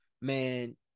man